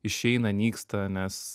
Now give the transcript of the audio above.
išeina nyksta nes